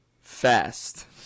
fast